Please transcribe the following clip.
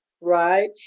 right